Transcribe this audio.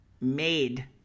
made